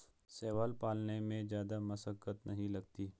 शैवाल पालन में जादा मशक्कत नहीं लगती